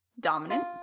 dominant